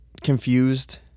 confused